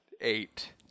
Eight